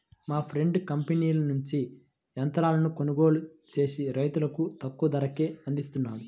మా ఫ్రెండు కంపెనీల నుంచి యంత్రాలను కొనుగోలు చేసి రైతులకు తక్కువ ధరకే అందిస్తున్నాడు